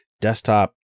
desktop